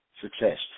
success